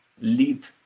lead